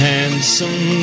Handsome